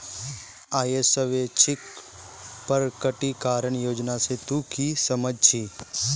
आइर स्वैच्छिक प्रकटीकरण योजना से तू की समझ छि